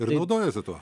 ir naudojasi tuo